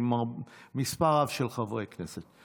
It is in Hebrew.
עם מספר רב של חברי כנסת.